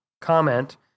comment